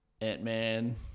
Ant-Man